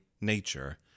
nature